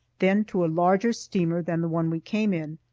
then to a larger steamer than the one we came in.